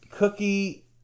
Cookie